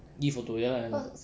E photo ya lah ya lah